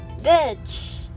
bitch